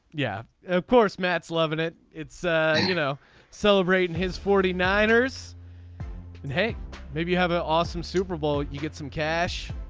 yeah of course mets loving it. it's ah you know celebrating his forty nine ers. and hey maybe you have an awesome super bowl. you get some cash.